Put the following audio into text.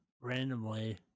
randomly